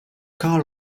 carl